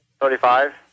Thirty-five